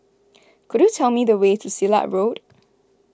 could you tell me the way to Silat Road